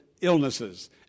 illnesses